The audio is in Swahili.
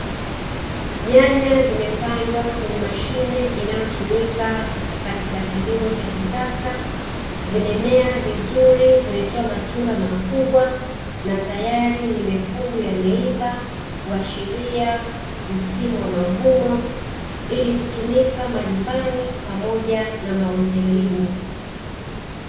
Nyanya zimepandwa kwenye mashine inayotumika katika kilimo cha kisasa. Zimemea vizuri, zimetoa matunda makubwa na tayari ni mekundu yameiva kuashiria msimu wa mavuno ili kutumika majumbani pamoja na mahotelini.